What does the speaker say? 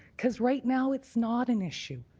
because right now it's not an issue.